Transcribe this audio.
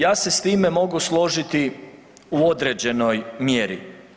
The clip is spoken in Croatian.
Ja se s time mogu složiti u određenoj mjeri.